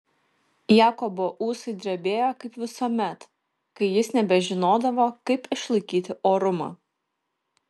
jakobo ūsai drebėjo kaip visuomet kai jis nebežinodavo kaip išlaikyti orumą